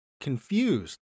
confused